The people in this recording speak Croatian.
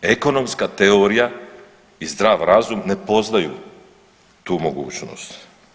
Ekonomska teorija i zdrav razum ne poznaju tu mogućnost.